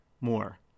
more